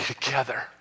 together